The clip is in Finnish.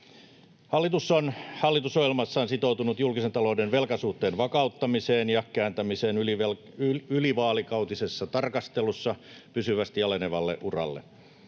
Hallitus on hallitusohjelmassaan sitoutunut julkisen talouden velkasuhteen vakauttamiseen ja kääntämiseen ylivaalikautisessa tarkastelussa pysyvästi alenevalle uralle.